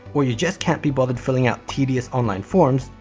or you just can't be bothered filling out tedious online forms,